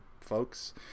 folks